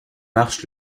marche